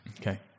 Okay